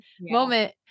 moment